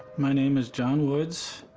my name is john woods,